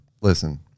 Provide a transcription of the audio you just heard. Listen